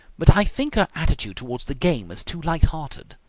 but i think her attitude toward the game is too light-hearted.